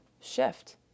shift